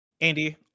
Andy